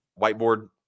whiteboard